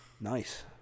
Nice